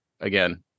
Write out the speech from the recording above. again